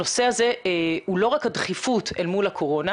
הנושא הזה הוא לא רק הדחיפות אל מול הקורונה,